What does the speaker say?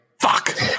fuck